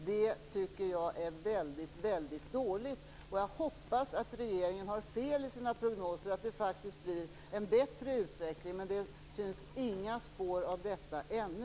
Det tycker jag är väldigt dåligt. Jag hoppas att regeringen har fel i sina prognoser och att det blir en bättre utveckling, men det syns tyvärr inga spår av detta ännu.